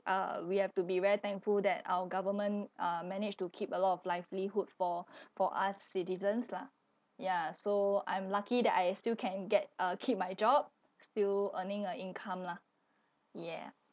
uh we have to be very thankful that our government uh managed to keep a lot of livelihood for for us citizens lah ya so I'm lucky that I still can get uh keep my job still earning a income lah ya